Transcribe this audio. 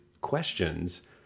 questions